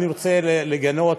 אני רוצה לגנות,